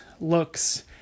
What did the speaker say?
looks